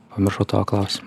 pamiršau tavo klausimą